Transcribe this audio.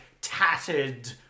tattered